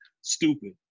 stupid